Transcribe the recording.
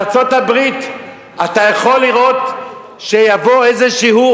בארצות-הברית אתה יכול לראות שיבוא איזשהו